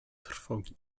trwogi